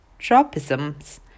tropisms